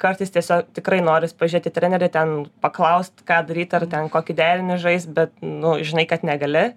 kartais tiesiog tikrai noris pažiūrėt į trenerį ten paklaust ką daryt ar ten kokį derinį žaist bet nu žinai kad negali